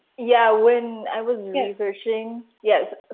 yeah, when i was researching. yeah. sorry,